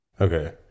Okay